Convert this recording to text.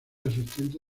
asistente